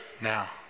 now